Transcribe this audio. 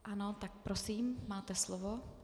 Ano, prosím, máte slovo.